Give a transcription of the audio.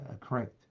correct